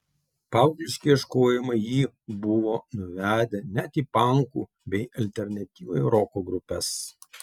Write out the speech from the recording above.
paaugliški ieškojimai jį buvo nuvedę net į pankų bei alternatyviojo roko grupes